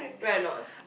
right a not